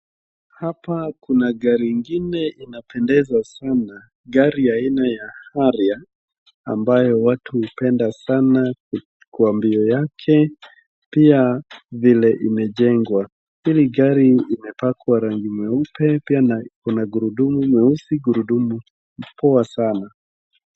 Hapa kuna gari ingine inapendeza sana. Gari aina ya Harrier ambayo watu hupenda sana kwa mbio yake, pia vile imejengwa. Hili gari imepakwa rangii mweupe pia kuna gurudumu mweusi, gurudumu poa sana.